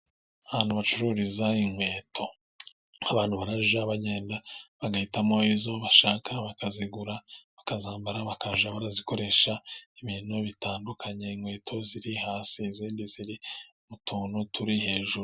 Ahantu bacururiza inkweto. Abantu bajya bagenda bagahitamo izo bashaka, bakazigura bakazambara, bakajya bazikoresha ibintu bitandukanye. inkweto ziri hasi, izindi ziri mu tuntu turi hejuru.